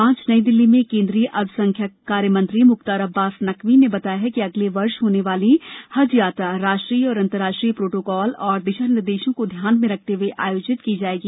आज नई दिल्ली में केन्द्रीय अल्पसंख्यक कार्य मंत्री मुख्तार अब्बास नकवी ने बताया कि अगले वर्ष होने वाली हजयात्रा राष्ट्रीय और अंतर्राष्ट्रीय प्रोटोकोल और दिशा निर्देशों को ध्यान में रखते हुए आयोजित की जाएगी